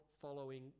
following